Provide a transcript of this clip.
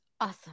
Awesome